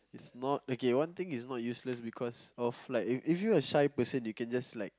is not okay one thing is not useless because of like if if you're a shy person you can just like